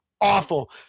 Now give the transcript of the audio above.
awful